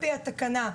לפי התקנה,